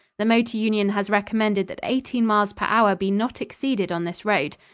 the motor union has recommended that eighteen miles per hour be not exceeded on this road.